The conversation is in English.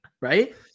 right